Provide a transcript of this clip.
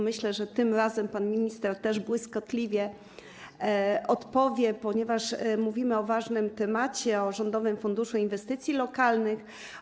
Myślę, że tym razem pan minister też błyskotliwie odpowie, ponieważ mówimy o ważnym temacie, o Rządowym Funduszu Inwestycji Lokalnych.